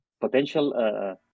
potential